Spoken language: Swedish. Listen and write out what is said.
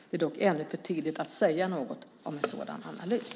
Det är dock ännu för tidigt att säga något om en sådan analys.